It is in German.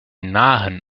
nahen